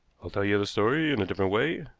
i'll tell you the story in a different way,